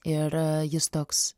ir jis toks